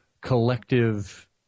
collective